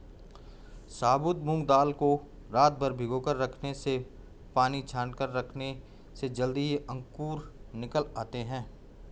साबुत मूंग दाल को रातभर भिगोकर रखने से पानी छानकर रखने से जल्दी ही अंकुर निकल आते है